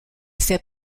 fait